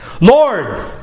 Lord